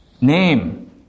Name